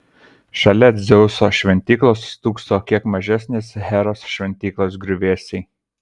šalia dzeuso šventyklos stūkso kiek mažesnės heros šventyklos griuvėsiai